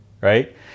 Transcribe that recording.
right